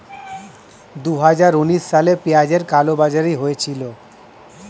দুহাজার উনিশ সালে পেঁয়াজের কালোবাজারি হয়েছিল